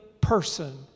person